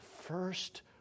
first